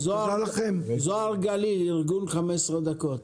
זהר גליל, ארגון 15 דקות.